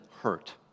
hurt